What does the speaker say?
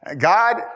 God